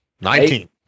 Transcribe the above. Nineteen